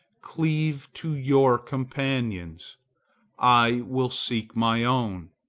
cleave to your companions i will seek my own.